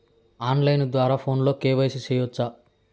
on line ద్వారా ఫోనులో KYC సేయొచ్చా